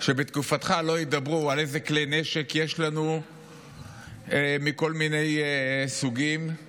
שבתקופתך לא ידברו על איזה כלי נשק מכל מיני סוגים יש לנו,